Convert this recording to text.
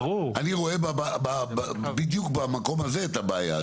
אני רואה בדיוק במקום הזה את הבעיה.